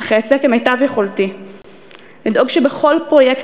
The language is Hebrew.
אך אעשה כמיטב יכולתי לדאוג שבכל פרויקט